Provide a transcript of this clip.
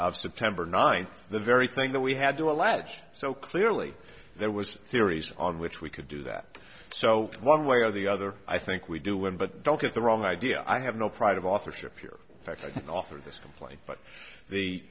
of september ninth the very thing that we had to allege so clearly there was a series on which we could do that so one way or the other i think we do win but don't get the wrong idea i have no pride of authorship here fact i can offer this complete but the